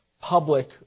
public